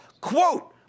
quote